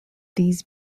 these